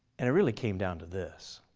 and it really came down to this.